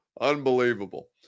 Unbelievable